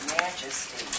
majesty